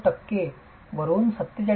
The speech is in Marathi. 9 टक्के 47